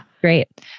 Great